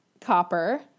Copper